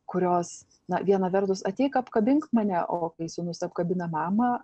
kurios na viena vertus ateik apkabink mane o kai sūnus apkabina mamą